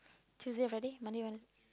Tuesday Friday Monday Wednesday